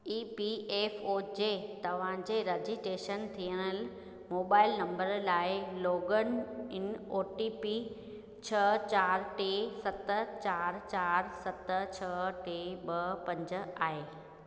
ई P F O जे तव्हांजे registration थियल मोबाईल नंबर लाइ लोगन इन ओटीपी छह चारि टे सत चारि चारि सत छह टे ॿ पंज आहे